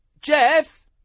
Jeff